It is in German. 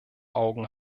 augen